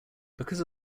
because